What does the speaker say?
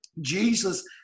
Jesus